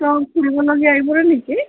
ফুৰিবলগীয়া এইবোৰেই নেকি